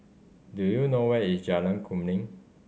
do you know where is Jalan Kemuning